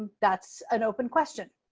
that's an open question.